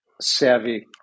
savvy